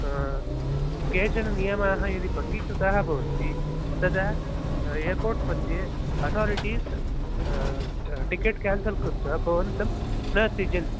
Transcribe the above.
केचननियमाः यदि भङ्गीकृताः भवन्ति तदा एर्पोर्ट् मध्ये अथारिटीस् टिकेट् केन्सल् कृत्वा भवन्तं न त्यजन्ति